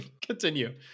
Continue